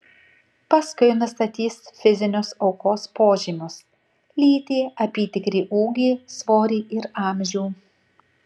paskui nustatys fizinius aukos požymius lytį apytikrį ūgį svorį ir amžių